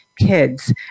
Kids